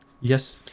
Yes